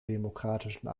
demokratischen